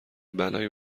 بلایی